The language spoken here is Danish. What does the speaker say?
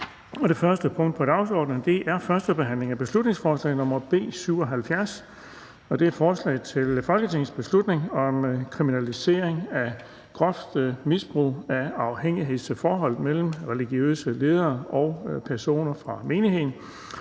Det første punkt på dagsordenen er: 1) 1. behandling af beslutningsforslag nr. B 77: Forslag til folketingsbeslutning om kriminalisering af groft misbrug af afhængighedsforholdet mellem religiøse ledere og personer fra menigheden.